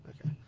Okay